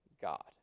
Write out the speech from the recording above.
God